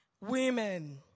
Women